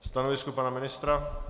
Stanovisko pana ministra?